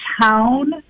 town